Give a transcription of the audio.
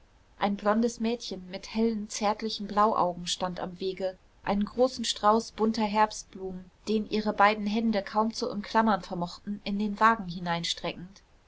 ein blondes mädchen mit hellen zärtlichen blauaugen stand am wege einen großen strauß bunter herbstblumen den ihre beiden hände kaum zu umklammern vermochten in den wagen hineinstreckend